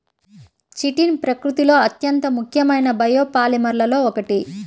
chitin ప్రకృతిలో అత్యంత ముఖ్యమైన బయోపాలిమర్లలో ఒకటి